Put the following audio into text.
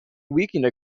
weakened